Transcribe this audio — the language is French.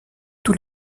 tous